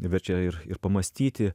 verčia ir ir pamąstyti